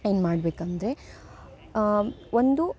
ಏನು ಮಾಡಬೇಕಂದ್ರೆ ಒಂದು